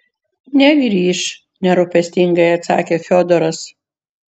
negrįš nerūpestingai atsakė fiodoras